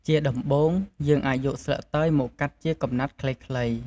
ជាដំបូង យើងអាចយកស្លឹកតើយមកកាត់ជាកំណាត់ខ្លីៗ។